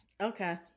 Okay